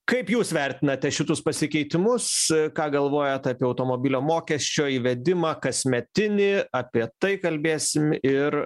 kaip jūs vertinate šituos pasikeitimus ką galvojat apie automobilio mokesčio įvedimą kasmetinį apie tai kalbėsim ir